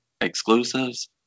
exclusives